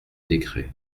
décret